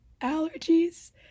allergies